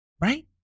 right